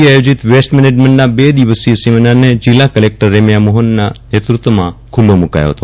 એ આયોજીત મેનેજમેન્ટના બે દિવસીય સેમિનારને જીલ્લા કલેક્ટર રેમ્યા મોફનના નેતૃત્વમાં ખુલ્લો મુકાયો ફતો